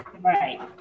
Right